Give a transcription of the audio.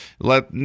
let